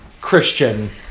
Christian